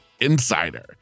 Insider